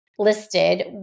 listed